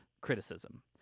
criticism